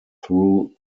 thru